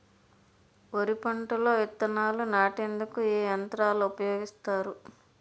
వరి పంటలో విత్తనాలు నాటేందుకు ఏ యంత్రాలు ఉపయోగిస్తారు?